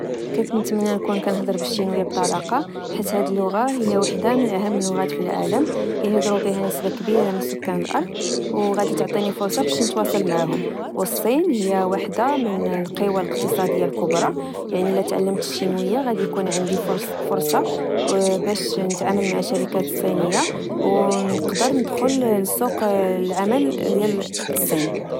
كنت نتمنا نكون كنهضر بالشينوية بطلاقة حيت هاد اللغة هي واحدة من أهم اللغات فالعالم، كيهضروا بها نسبة كبيرة من سكان الأرض وغدا تعطيني فرص باش نتواصل معاهم. و الصين هي واحدة من القوى الاقتصادية الكبرى، يعني إلا تعلمت الشينوية غدي يكون عندي فرصة باش نتعامل مع الشركات الصينية أو نقدر ندخل لسوق لعمل ديال الصين